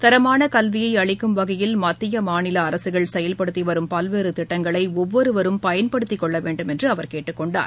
தரமான கல்வியை அளிக்கும் வகையில் மத்திய மாநில அரசுகள் செயல்படுத்தி வரும் பல்வேறு திட்டங்களை ஒவ்வொருவரும் பயன்படுத்திக் கொள்ளவேண்டும் என கேட்டுக்கொண்டார்